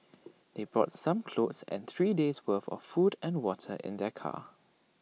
they brought some clothes and three days' worth of food and water in their car